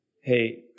hey